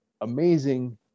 Amazing